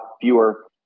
fewer